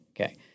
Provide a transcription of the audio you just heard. Okay